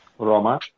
roma